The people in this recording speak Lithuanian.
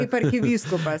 kaip arkivyskupas